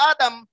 Adam